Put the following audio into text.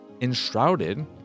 Enshrouded